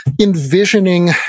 envisioning